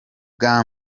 bwa